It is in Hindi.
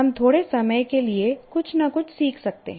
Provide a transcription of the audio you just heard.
हम थोड़े समय के लिए कुछ न कुछ सीख सकते हैं